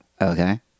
okay